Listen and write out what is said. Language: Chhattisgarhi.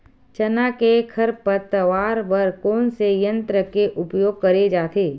चना के खरपतवार बर कोन से यंत्र के उपयोग करे जाथे?